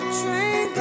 train